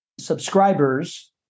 subscribers